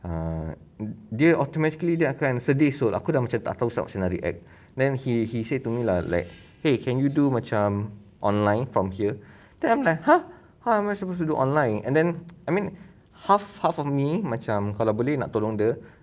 uh dia automatically dia akan sedih so aku dah macam tak tahu macam mana aku nak react then he he say to me lah like !hey! can you do macam online from here then I'm like !huh! how am I supposed to do online and then I mean half half of me macam kalau boleh nak tolong dia